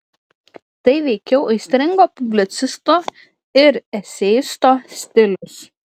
tai veikiau aistringo publicisto ir eseisto stilius